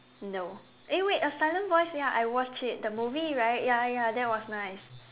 no eh wait a Silent Voice ya I watched it the movie right ya ya that was nice